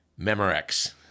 Memorex